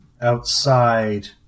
outside